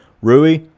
Rui